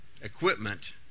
equipment